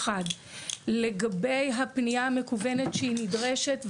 לגבי הפנייה המקוונת שהיא נדרשת,